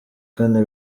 kane